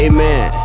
Amen